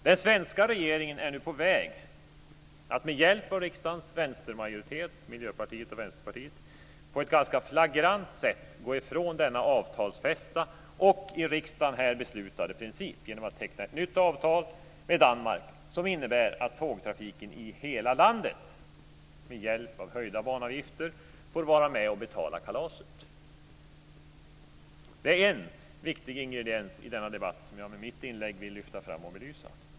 Den svenska regeringen är nu på väg att med hjälp av riksdagens vänstermajoritet, Miljöpartiet och Vänsterpartiet, på ett ganska flagrant sätt gå ifrån denna avtalsfästa och i riksdagen beslutade princip genom att teckna ett nytt avtal med Danmark, som innebär att tågtrafiken i hela landet med hjälp av höjda banavgifter får vara med och betala kalaset. Det är en viktig ingrediens i denna debatt, som jag med mitt inlägg vill lyfta fram och belysa.